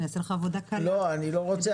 אעשה לך עבודה קלה ואני אצא בעצמי,